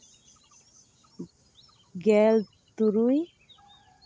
ᱜᱮᱞ ᱛᱩᱨᱩᱭ